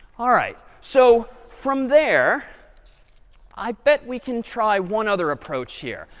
all right, so from there i bet we can try one other approach here.